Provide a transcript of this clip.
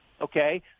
okay